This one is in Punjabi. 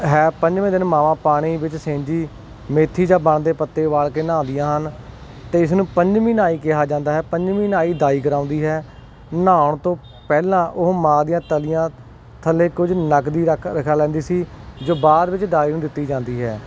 ਹੈ ਪੰਜਵੇਂ ਦਿਨ ਮਾਵਾਂ ਪਾਣੀ ਵਿੱਚ ਸਿੰਜੀ ਮੇਥੀ ਜਾਂ ਬਣਦੇ ਪੱਤੇ ਉਬਾਲ ਕੇ ਨਹਾਉਦੀਆਂ ਹਨ ਅਤੇ ਇਸਨੂੰ ਪੰਜਵੀਂ ਨਾਹੀ ਕਿਹਾ ਜਾਂਦਾ ਹੈ ਪੰਜਵੀਂ ਨਾਹੀ ਦਾਈ ਕਰਵਾਉਂਦੀ ਹੈ ਨਹਾਉਣ ਤੋਂ ਪਹਿਲਾ ਉਹ ਮਾਂ ਦੀਆਂ ਤਲੀਆਂ ਥੱਲੇ ਕੁਝ ਨਗਦੀ ਰੱਖ ਰਖਾ ਲੈਂਦੀ ਸੀ ਜੋ ਬਾਅਦ ਵਿਚ ਦਾਈ ਨੂੰ ਦਿਤੀ ਜਾਂਦੀ ਹੈ